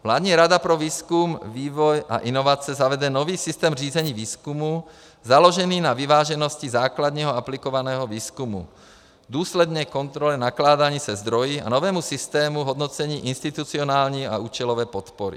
Vládní rada pro výzkum, vývoj a inovace zavede nový systém řízení výzkumu založený na vyváženosti základního aplikovaného výzkumu, důsledné kontroly nakládání se zdroji a nový systém hodnocení institucionální a účelové podpory.